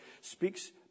speaks